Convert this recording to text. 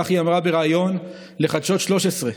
כך היא אמרה בריאיון לחדשות 13,